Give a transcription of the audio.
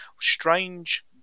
strange